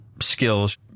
skills